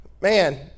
Man